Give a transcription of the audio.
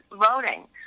voting